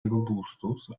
robustus